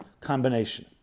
combination